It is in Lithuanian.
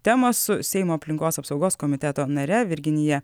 temos su seimo aplinkos apsaugos komiteto nare virginija